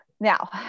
Now